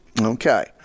Okay